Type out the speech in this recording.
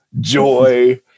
joy